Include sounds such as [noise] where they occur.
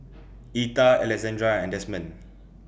[noise] Etta Alexandra and Desmond [noise]